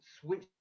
Switch